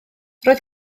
roedd